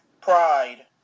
Pride